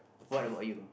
what about you